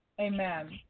Amen